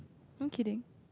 I'm kidding